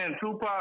Tupac